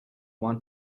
want